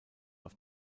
auf